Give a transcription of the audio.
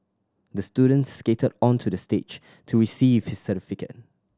the student skated onto the stage to receive his certificate